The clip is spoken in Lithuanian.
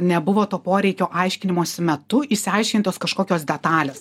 nebuvo to poreikio aiškinimosi metu išsiaiškint tos kažkokios detalės